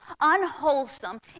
unwholesome